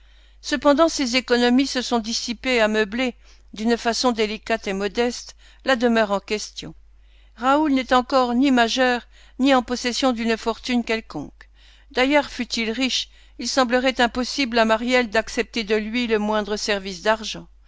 cependant ses économies se sont dissipées à meubler d'une façon délicate et modeste la demeure en question raoul n'est encore ni majeur ni en possession d'une fortune quelconque d'ailleurs fût-il riche il semblerait impossible à maryelle d'accepter de lui le moindre service d'argent